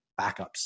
backups